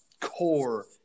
core